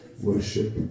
worship